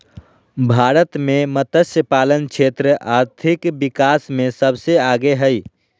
भारत मे मतस्यपालन क्षेत्र आर्थिक विकास मे सबसे आगे हइ